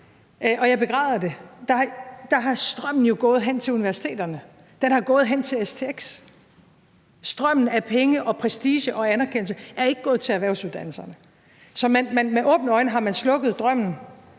jeg begræder det, har strømmen jo været mod universiteterne. Den har været mod stx. Strømmen af penge, prestige og anerkendelse har ikke været mod erhvervsuddannelserne. Så med åbne øjne har man slukket drømmen